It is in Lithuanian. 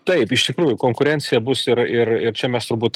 taip iš tikrųjų konkurencija bus ir ir ir čia mes turbūt